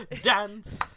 Dance